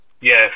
Yes